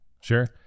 Sure